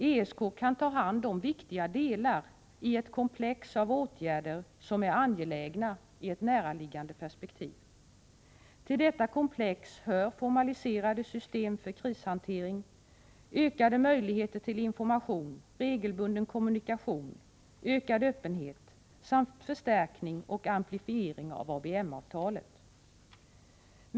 ESK kan ta hand om viktiga delar i ett komplex av åtgärder, som är angelägna i ett näraliggande perspektiv. Till detta komplex hör formaliserade system för krishantering, ökade möjligheter till information, regelbunden kommunikation, ökad öppenhet samt förstärkning och amplifiering av ABM-avtalet.